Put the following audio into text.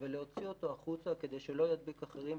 ולהוציא אותו החוצה כדי שלא ידביק אחרים,